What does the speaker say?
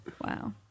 Wow